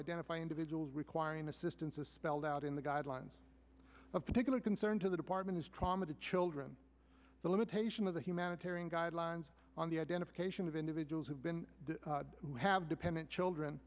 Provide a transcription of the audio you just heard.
identify individuals requiring assistance as spelled out in the guidelines of particular concern to the department is trauma to children the limitation of the humanitarian guidelines on the identification of individuals who've been who have dependent children